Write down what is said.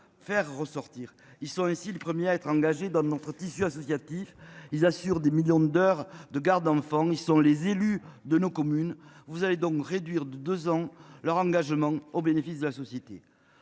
faire ressortir. Ils sont ainsi le premier à être engagé dans notre tissu associatif, ils assurent des millions d'heures de garde d'enfants, ils sont les élus de nos communes. Vous avez donc réduire de deux ans leur engagement au bénéfice de la société,